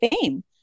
fame